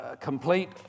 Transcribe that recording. complete